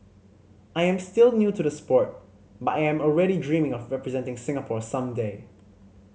I am still new to the sport but I am already dreaming of representing Singapore some day